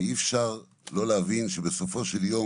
ואי אפשר לא להבין שבסופו של יום,